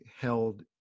held